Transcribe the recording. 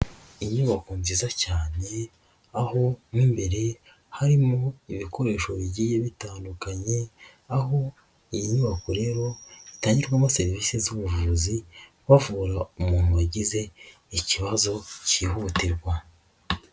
Inyubako nziza cyane aho mo imbere harimo ibikoresho bigiye bitandukanye aho iyi nyubako rero itangirwamo serivise z'ubuvuzi, bavura umuntu wagize ikibazo kihutirwa.